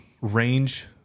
range